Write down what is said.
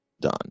done